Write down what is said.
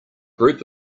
group